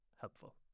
helpful